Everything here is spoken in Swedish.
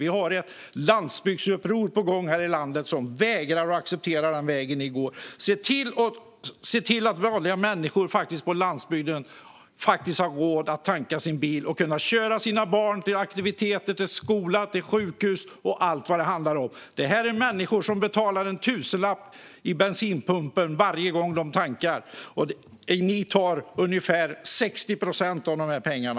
Vi har ett landsbygdsuppror på gång i landet. Man vägrar att acceptera den väg som ni går. Se till att vanliga människor på landsbygden faktiskt har råd att tanka sin bil och kan köra sina barn till aktiviteter, skola, sjukhus och allt vad det handlar om! Detta är människor som betalar en tusenlapp vid bensinpumpen varje gång de tankar, och ni tar ungefär 60 procent av de pengarna.